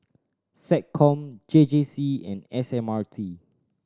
SecCom J J C and S M R T